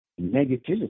Negativity